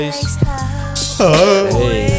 Hey